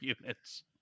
units